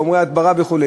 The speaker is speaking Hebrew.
חומרי הדברה וכו'.